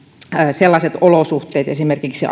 sellaiset olosuhteet esimerkiksi